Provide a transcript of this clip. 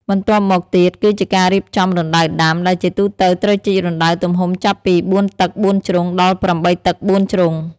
បន្ទាប់មកទៀតគឺជាការរៀបចំរណ្តៅដាំ ដែលជាទូទៅត្រូវជីករណ្ដៅទំហំចាប់ពី ៤ តឹកបួនជ្រុងដល់ ៨ តឹកបួនជ្រុង។